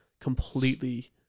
completely